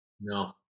No